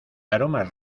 aromas